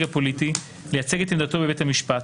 הפוליטי לייצג את עמדתו בבית המשפט,